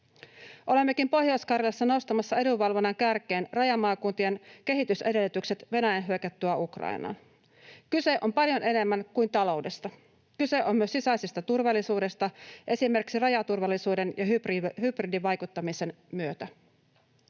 Olemmekin Pohjois-Karjalassa nostamassa edunvalvonnan kärkeen rajamaakuntien kehitysedellytykset Venäjän hyökättyä Ukrainaan. Kyse on paljon enemmästä kuin taloudesta. Kyse on myös sisäisestä turvallisuudesta esimerkiksi rajaturvallisuuden ja hybridivaikuttamisen myötä.